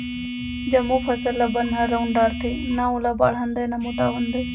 जमो फसल ल बन ह रउंद डारथे, न ओला बाढ़न दय न मोटावन दय